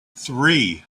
three